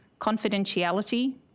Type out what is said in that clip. confidentiality